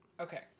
Okay